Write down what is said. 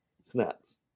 snaps